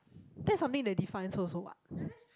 that's something that defines also what